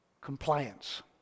compliance